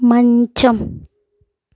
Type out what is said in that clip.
మంచం